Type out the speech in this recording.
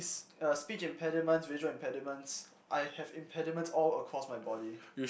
uh speech impediments visual impediments I have impediments all across my body